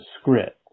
script